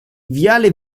viale